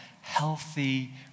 healthy